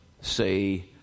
say